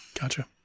Gotcha